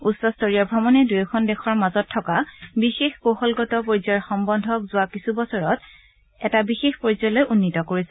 উচ্চস্তৰীয় ভ্ৰমণে দুয়োখন দেশৰ মাজত থকা বিশেষ কৌশলগত পৰ্যায়ৰ সম্বন্ধক যোৱা কিছু বছৰত এটা বিশেষ পৰ্যায়লৈ উন্নীত কৰিছে